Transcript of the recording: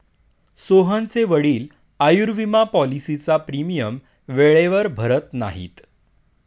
सोहनचे वडील आयुर्विमा पॉलिसीचा प्रीमियम वेळेवर भरत नाहीत